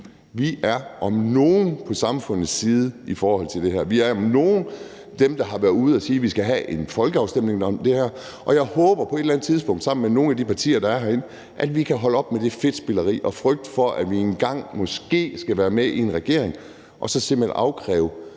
vi om nogen er på samfundets side i forhold til det her; vi er om nogen dem, der har været ude at sige, at vi skal have en folkeafstemning om det her. Og jeg håber, at vi på et eller andet tidspunkt sammen med nogle af de partier, der er herinde, kan holde op med det fedtspilleri og frygten for, at vi engang måske skal være med i en regering, og så simpelt hen kræve,